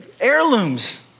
heirlooms